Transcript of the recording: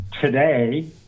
today